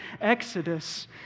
Exodus